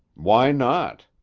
why not?